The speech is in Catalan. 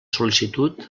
sol·licitud